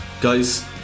Guys